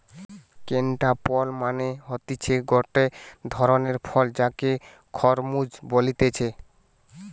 cantaloupe মানে হতিছে গটে ধরণের ফল যাকে খরমুজ বলতিছে